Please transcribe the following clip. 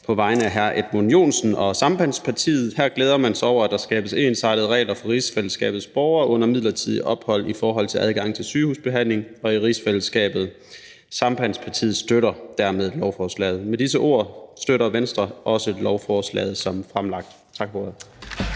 hilse fra hr. Edmund Joensen og Sambandspartiet. Her glæder man sig over, at der skabes ensartede regler for rigsfællesskabets borgere under midlertidigt ophold i forhold til adgang til sygehusbehandling i rigsfællesskabet. Sambandspartiet støtter dermed lovforslaget. Med disse ord støtter Venstre også lovforslaget som fremlagt. Tak for